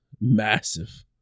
massive